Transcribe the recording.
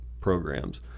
programs